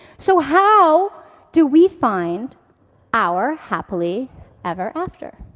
so how do we find our happily ever after?